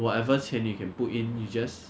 if you are strong enough you can